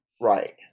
Right